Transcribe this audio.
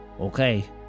Okay